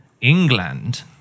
England